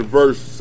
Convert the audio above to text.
verse